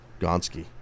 Gonski